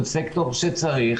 אבל זה סקטור שצריך